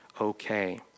okay